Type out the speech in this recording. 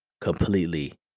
completely